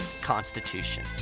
constitution